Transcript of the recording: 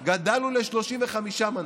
גדלנו ל-35 מנדטים.